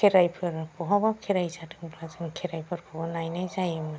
खेराइफोर बहाबा खेराइ जादोंबा जों खेराइफोरखौ नायनाय जायोमोन